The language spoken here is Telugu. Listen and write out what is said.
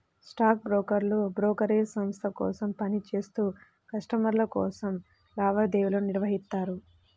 స్టాక్ బ్రోకర్లు బ్రోకరేజ్ సంస్థ కోసం పని చేత్తూ కస్టమర్ల కోసం లావాదేవీలను నిర్వహిత్తారు